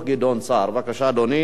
ועדת המדע והטכנולוגיה?